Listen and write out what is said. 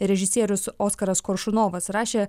režisierius oskaras koršunovas rašė